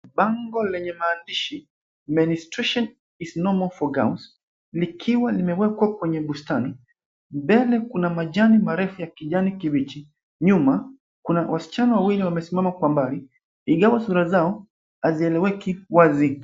Bango lenye maandishi Menstruation is normal for girls likiwa limewekwa kwenye bustani. Mbele kuna majani marefu ya kijani kibichi. Nyuma kuna wasichana wawili wamesimama kwa mbali, ingawa sura zao hazieleweki wazi.